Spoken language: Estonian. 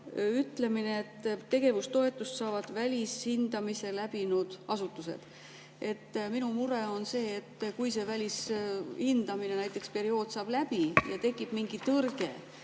ütlemine, et tegevustoetust saavad välishindamise läbinud asutused. Minu mure on see, et kui välishindamise periood saab läbi ja tekib mingi tõrge,